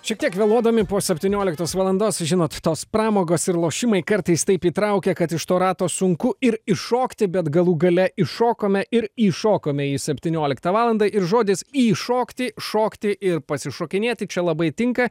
šiek tiek vėluodami po septynioliktos valandos žinot tos pramogos ir lošimai kartais taip įtraukia kad iš to rato sunku ir iššokti bet galų gale iššokome ir įšokome į septynioliktą valandą ir žodis įšokti šokti ir pasišokinėti čia labai tinka